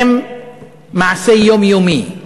הן מעשה יומיומי.